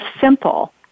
simple